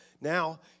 Now